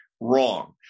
Wrong